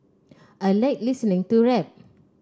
I like listening to rap